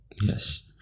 Yes